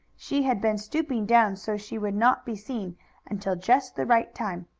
she had been stooping down so she would not be seen until just the right time.